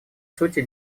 сути